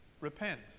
Repent